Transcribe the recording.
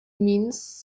means